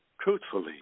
truthfully